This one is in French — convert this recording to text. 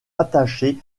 rattaché